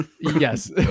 Yes